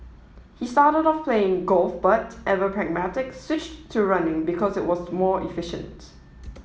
he started off playing golf but ever pragmatic switched to running because it was more efficient